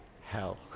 Hell